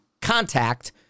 contact